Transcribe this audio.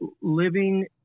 living